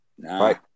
Right